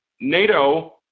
NATO